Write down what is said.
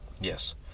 Yes